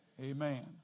amen